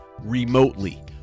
remotely